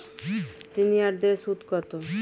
সিনিয়ারদের সুদ কত?